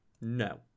No